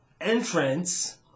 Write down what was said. entrance